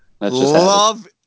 love